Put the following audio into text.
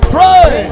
Pray